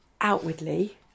Outwardly